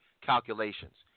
calculations